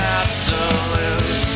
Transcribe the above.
absolute